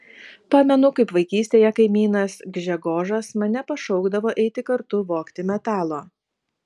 pamenu kaip vaikystėje kaimynas gžegožas mane pašaukdavo eiti kartu vogti metalo